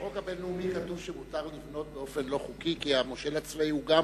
בחוק הבין-לאומי כתוב שמותר לבנות באופן לא חוקי כי המושל הצבאי הוא גם,